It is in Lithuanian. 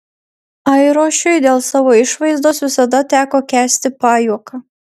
airošiui dėl savo išvaizdos visada teko kęsti pajuoką